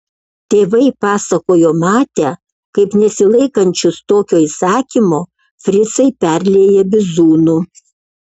tėvai pasakojo matę kaip nesilaikančius tokio įsakymo fricai perlieja bizūnu